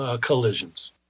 collisions